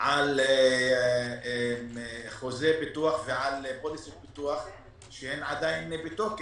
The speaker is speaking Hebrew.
על חוזה ביטוח ועל פוליסות ביטוח שעדיין בתוקף.